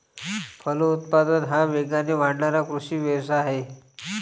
फलोत्पादन हा वेगाने वाढणारा कृषी व्यवसाय आहे